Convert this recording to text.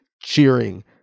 cheering